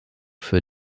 für